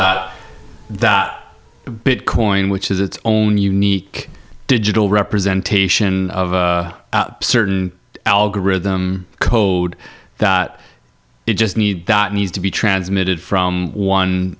is the bitcoin which is its own unique digital representation of a certain algorithm code that you just need that needs to be transmitted from one